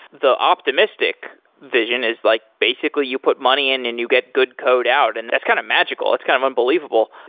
the optimistic vision is like basically you put money in and you get good code out. and that's kind of magical. that's kind of unbelievable.